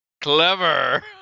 clever